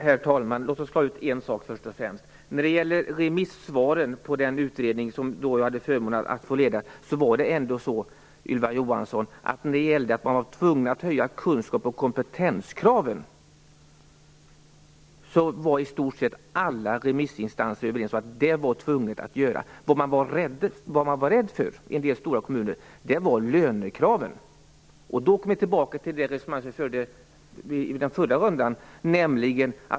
Herr talman! Låt mig först och främst klara ut en sak. När det gäller remissvaren på den utredning som jag hade förmånen att få leda, Ylva Johansson, var i stort sett alla remissinstanser eniga om att man var tvungen att höja kunskaps och kompetenskraven. Det en del stora kommuner var rädda för var lönekraven. Då kommer vi tillbaka till de resonemang som vi förde i den förra rundan.